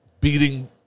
beating